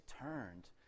turned